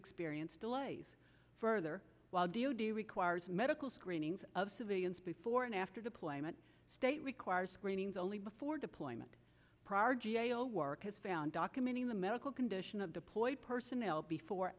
experience delays further while d o d requires medical screenings of civilians before and after deployment state requires screenings only before deployment prior g a o work is found documenting the medical condition of deployed personnel before